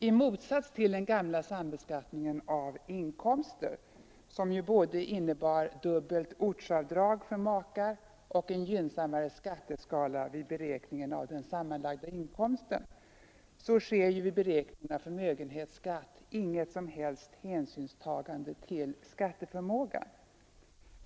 I motsats till den gamla sambeskattningen av inkomster, som ju innebar både dubbelt ortsavdrag för makar och en gynnsammare skatteskala vid beräkningen av den sammanlagda inkomsten, så tar ju beskattningen ingen som helst hänsyn till skatteförmågan vid beräkning av förmögenhetsskatt.